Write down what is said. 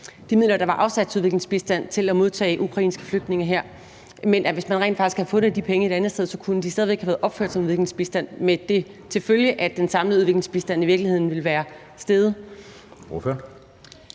de midler, der var afsat til udviklingsbistand, til at modtage ukrainske flygtninge her, men at de penge, hvis man rent faktisk havde fundet dem et andet sted, så stadig væk kunne have været opført som udviklingsbistand med det til følge, at den samlede udviklingsbistand i virkeligheden ville være steget? Kl.